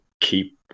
keep